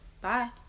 bye